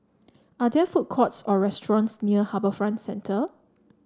are there food courts or restaurants near HarbourFront Centre